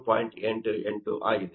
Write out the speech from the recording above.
88 ಆಗಿದೆ